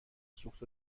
سوخت